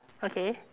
okay